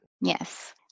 yes